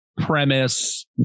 premise